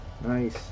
nice